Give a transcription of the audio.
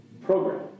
program